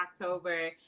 October